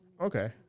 Okay